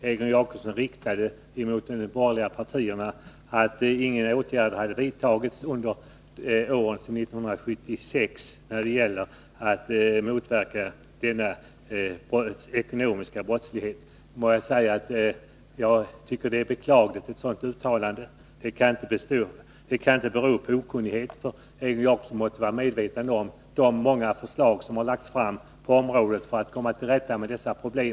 Herr talman! Jag hade inte för avsikt att gå in i debatten på nytt. Men med anledning av den beskyllning Egon Jacobsson riktade emot de borgerliga partierna, att ingen åtgärd hade vidtagits under åren sedan 1976 när det gäller att motverka denna ekonomiska brottslighet, må jag säga att ett sådant uttalande är beklagligt. Det kan inte bero på okunnighet, för Egon Jacobsson måste vara medveten om de många förslag som väckts för att komma till rätta med dessa problem.